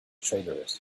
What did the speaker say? traitorous